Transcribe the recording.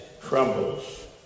crumbles